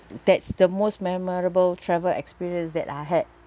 that's the most memorable travel experience that I had